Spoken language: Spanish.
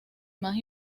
más